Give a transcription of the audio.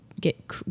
get